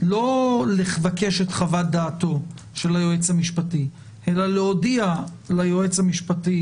לא לבקש את חוות דעתו של היועץ המשפטי אלא להודיע ליועץ המשפטי